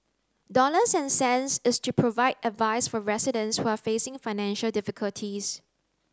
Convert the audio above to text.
dollars and cents is to provide advice for residents who are facing financial difficulties